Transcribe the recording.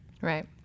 Right